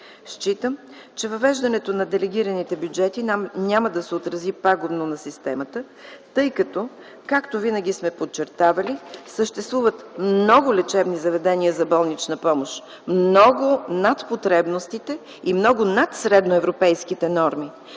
Считам, че въвеждането на делегираните бюджети няма да се отрази пагубно на системата, тъй като, както винаги сме подчертавали, съществуват много лечебни заведения за болнична помощ, много над потребностите и много над средноевропейските норми,